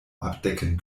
abdecken